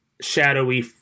shadowy